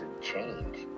change